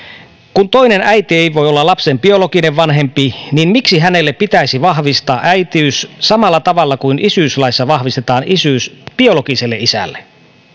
kun toinen äiti ei voi olla lapsen biologinen vanhempi niin miksi hänelle pitäisi vahvistaa äitiys samalla tavalla kuin isyyslaissa vahvistetaan isyys biologiselle isälle